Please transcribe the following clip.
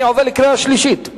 אני עובר לקריאה שלישית.